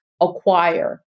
acquire